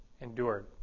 endured